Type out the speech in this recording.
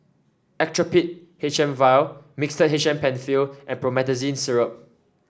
Actrapid H M vial Mixtard H M Penfill and Promethazine Syrup